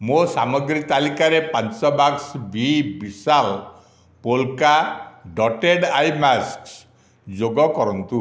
ମୋ ସାମଗ୍ରୀ ତାଲିକାରେ ପାଞ୍ଚ ବାକ୍ସ ବି ବିଶାଲ ପୋଲ୍କା ଡଟେଡ଼୍ ଆଇ ମାସ୍କ୍ସ ଯୋଗ କରନ୍ତୁ